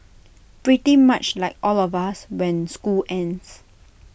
pretty much like all of us when school ends